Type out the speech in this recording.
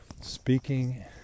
speaking